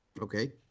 Okay